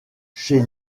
chez